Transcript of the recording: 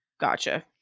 gotcha